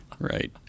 Right